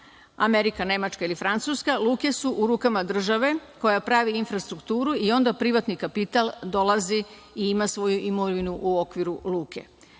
Amerika, Nemačka ili Francuska luke su u rukama države koja pravi infrastrukturu i onda privatni kapital dolazi i ima svoju imovinu u okviru luke.